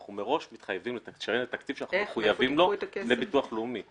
אנחנו מראש מתחייבים לשלם את התקציב שאנחנו מחויבים בו לביטוח לאומי.